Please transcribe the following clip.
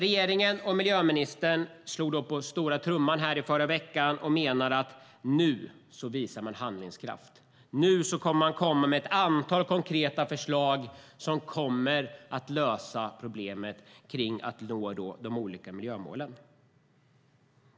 Regeringen och miljöministern slog på stora trumman i förra veckan och menade att nu visar man handlingskraft och kommer med ett antal konkreta förslag som kommer att lösa problemen med att nå de olika miljömålen.